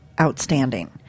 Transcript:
outstanding